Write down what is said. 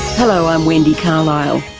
hello, i'm wendy carlisle.